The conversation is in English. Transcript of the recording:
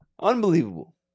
Unbelievable